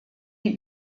die